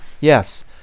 Yes